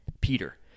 Peter